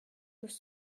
nous